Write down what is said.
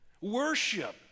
Worship